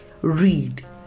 Read